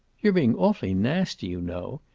you're being awfully nasty, you know.